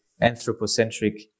anthropocentric